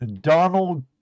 donald